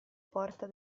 porta